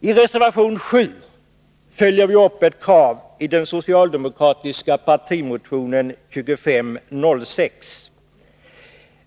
I reservation 7 följer vi upp ett krav i den socialdemokratiska partimotionen 2506.